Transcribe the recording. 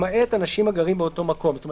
למעט אנשים הגרים באותו מקום."; כלומר